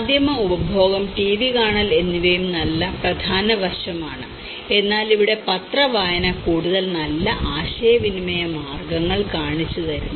മാധ്യമ ഉപഭോഗം ടിവി കാണൽ എന്നിവയും ഒരു പ്രധാന വശമാണ് എന്നാൽ ഇവിടെ പത്രവായന കൂടുതൽ നല്ല ആശയവിനിമയ മാർഗങ്ങൾ കാണിച്ചുതരുന്നു